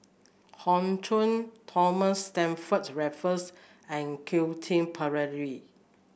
Hoey Choo Thomas Stamford Raffles and Quentin Pereira